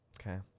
okay